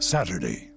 Saturday